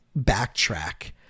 backtrack